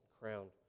crowned